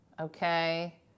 okay